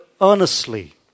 earnestly